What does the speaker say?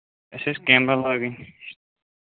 اَسہِ حظ کیمرا لاگٕنۍ